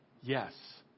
Yes